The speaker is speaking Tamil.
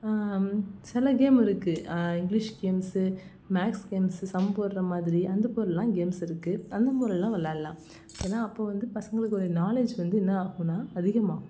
சில கேம் இருக்குது English games maths games sum போடுற மாதிரி அந்தமாதிரிலாம் கேம்ஸ் இருக்குது அந்தமாதிரிலாம் வெளாடலாம் ஏன்னா அப்போது வந்து பசங்களுக்கு நாலேஜ் வந்து என்ன ஆகுன்னால் அதிகமாகும்